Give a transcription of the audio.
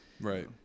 Right